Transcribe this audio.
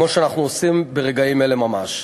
כמו שאנחנו עושים ברגעים אלה ממש.